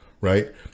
right